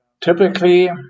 typically